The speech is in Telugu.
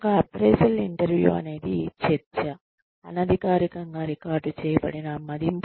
ఒక అప్రైసల్ ఇంటర్వ్యూ అనేది చర్చ వివిధ పరికరాలను ఉపయోగించడం ద్వారా అధికారికంగా రికార్డ్ చేయబడిన మదింపు